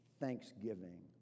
thanksgiving